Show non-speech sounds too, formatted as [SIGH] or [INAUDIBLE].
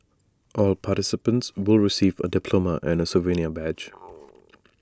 all participants will receive A diploma and souvenir badge [NOISE]